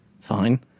Fine